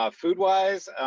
Food-wise